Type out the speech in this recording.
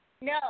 No